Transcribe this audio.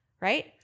right